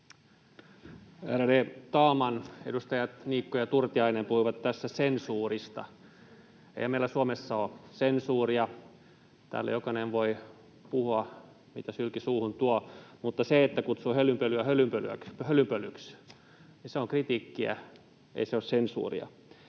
Ärade talman! Edustajat Niikko ja Turtiainen puhuivat tässä sensuurista. Eihän meillä Suomessa ole sensuuria. Täällä jokainen voi puhua, mitä sylki suuhun tuo, mutta se, että kutsuu hölynpölyä hölynpölyksi, on kritiikkiä, ei se ole sensuuria.